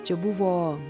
čia buvo